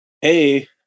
hey